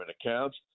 accounts